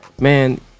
Man